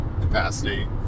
capacity